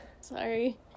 sorry